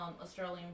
Australian